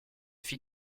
fit